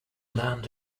land